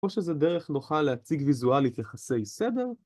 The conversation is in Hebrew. או שזה דרך נוחה להציג ויזואלית יחסי סדר